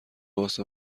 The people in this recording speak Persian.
واسه